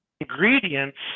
ingredients